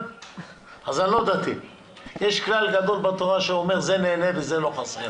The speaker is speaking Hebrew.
אבל יש כלל גדול בתורה האומר: זה נהנה וזה לא חסר.